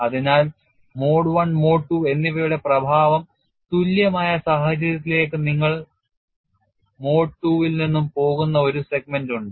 അതിനാൽ mode I mode II എന്നിവയുടെ പ്രഭാവം തുല്യമായ സാഹചര്യത്തിലേക്ക് നിങ്ങൾ മോഡ് II ൽ നിന്ന് പോകുന്ന ഒരു സെഗ്മെന്റ് ഉണ്ട്